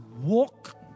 walk